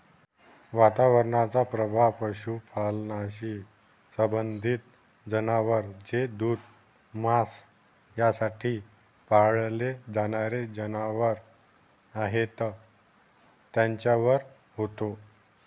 वातावरणाचा प्रभाव पशुपालनाशी संबंधित जनावर जे दूध, मांस यासाठी पाळले जाणारे जनावर आहेत त्यांच्यावर होतो